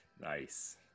Nice